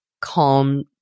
calm